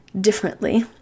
differently